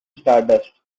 stardust